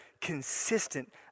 consistent